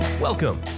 Welcome